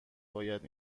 باید